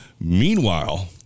Meanwhile